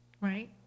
Right